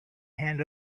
hand